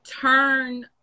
turn